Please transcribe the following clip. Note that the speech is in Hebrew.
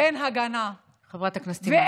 אין הגנה, חברת הכנסת אימאן, צריך לסיים.